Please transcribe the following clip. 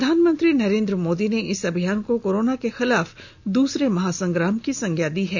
प्रधानमंत्री नरेन्द्र मोदी ने इस अभियान को कोरोना के खिलाफ दूसरे महासंग्राम की संज्ञा दी है